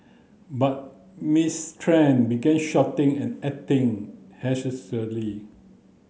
but Miss Tran began shouting and acting